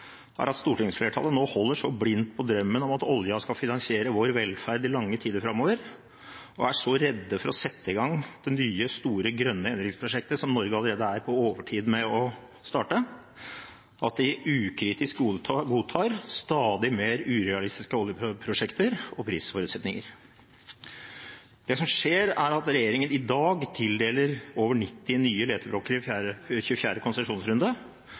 stortingsflertallet nå holder så blindt på drømmen om at oljen skal finansiere vår velferd i lange tider framover, og er så redde for å sette i gang det nye, store grønne endringsprosjektet som Norge allerede er på overtid med å starte, at de ukritisk godtar stadig mer urealistiske oljeprosjekter og prisforutsetninger. Det som skjer, er at regjeringen i dag tildeler over 90 nye leteblokker i 24. konsesjonsrunde